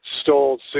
stole